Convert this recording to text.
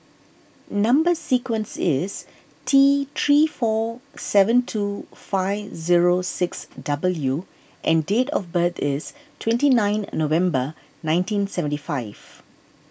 Number Sequence is T three four seven two five zero six W and date of birth is twenty nine November nineteen seventy five